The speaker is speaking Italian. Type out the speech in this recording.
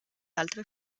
altre